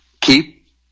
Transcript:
keep